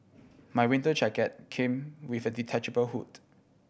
my winter jacket came with a detachable hood